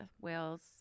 Wales